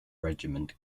regiment